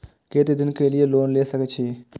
केते दिन के लिए लोन ले सके छिए?